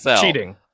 cheating